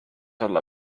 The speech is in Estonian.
olla